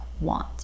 want